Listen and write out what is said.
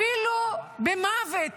אפילו במוות